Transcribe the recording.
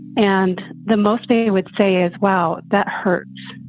and the most they would say is, well, that hurts,